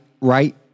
right